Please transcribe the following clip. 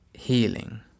healing